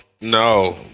no